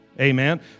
Amen